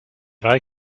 vrai